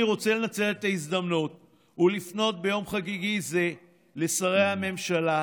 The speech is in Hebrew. אני רוצה לנצל את ההזדמנות ולפנות ביום חגיגי זה לשרי הממשלה,